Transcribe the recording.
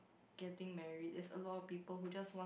getting married there's a lot of people who just wants